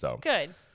Good